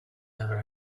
never